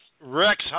Rex